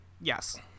yes